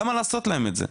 למה לעשות להם את זה?